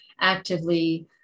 actively